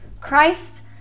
christ